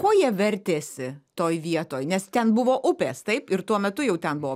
kuo jie vertėsi toj vietoj nes ten buvo upės taip ir tuo metu jau ten buvo